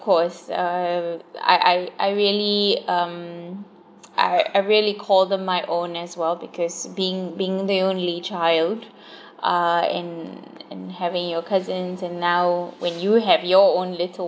of course uh I I I really um I I really call them my own as well because being being the only child uh and and having your cousins and now when you have your own little